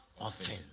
often